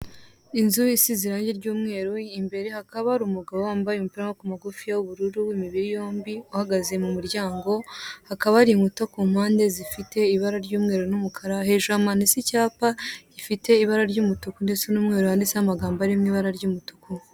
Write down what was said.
Inzu isize irange ry'umweru, imbere hakaba hari umugabo wambaye umupira w'amaboko magufi w'ubururu w'imibiri yombi, uhagaze mumuryango, hakaba hari inkuta ku mpande zifite ibara ry'umweru n'umukara, hejuru hamanitse icyapa gifite ibara ry'umutuku ndetse n'umweru wanditsemo amagambo ari mu ibara ry'umutuku.